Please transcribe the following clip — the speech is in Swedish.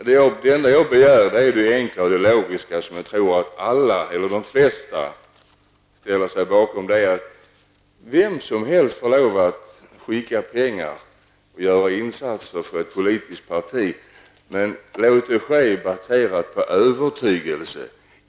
Herr talman! Det enda jag begär är enkelt och logiskt och något jag tror att de flesta ställer sig bakom. Vem som helst skall få lov att skicka pengar till och göra insatser för ett politiskt parti. Men låt det ske utifrån den egna övertygelsen.